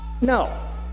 No